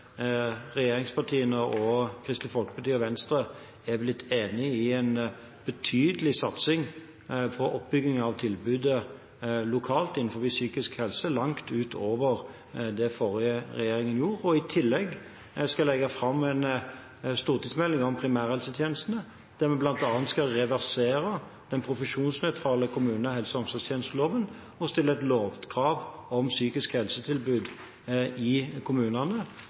regjeringspartiene og Kristelig Folkeparti og Venstre har blitt enige om en betydelig satsing – langt mer enn den forrige regjeringen gjorde – for å bygge opp tilbudet innenfor psykisk helse lokalt. I tillegg skal jeg legge fram en stortingsmelding om primærhelsetjenestene, der vi bl.a. skal reversere den profesjonsnøytrale kommunale helse- og omsorgstjenesteloven og stille et lovkrav om psykisk helsetilbud i kommunene.